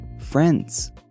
friends